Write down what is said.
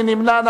מי נמנע?